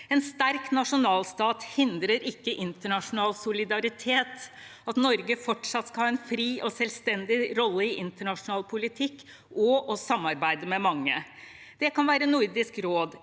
En sterk nasjonalstat hindrer ikke internasjonal solidaritet eller at Norge fortsatt skal ha en fri og selvstendig rolle i internasjonal politikk og samarbeide med mange. Det kan være Nordisk råd,